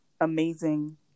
amazing